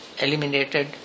eliminated